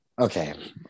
Okay